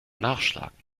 nachschlagen